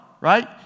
right